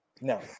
No